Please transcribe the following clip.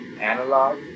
analog